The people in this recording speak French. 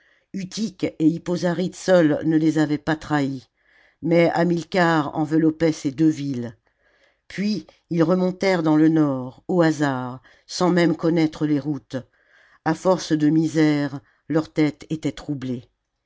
hippo zaryte seules ne les avaient pas trahis mais hamilcar enveloppait ces deux villes puis ils remontèrent dans le nord au hasard sans même connaître les routes a force de misères leur tête était troublée